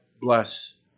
bless